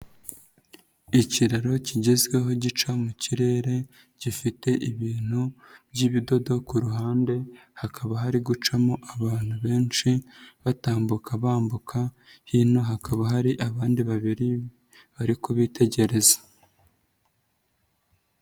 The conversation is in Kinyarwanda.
Ikiraro kigezweho gica mu kirere, gifite ibintu by'ibidodo ku ruhande, hakaba hari gucamo abantu benshi, batambuka bambuka, hino hakaba hari abandi babiri, bari kubitegereza.